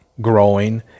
growing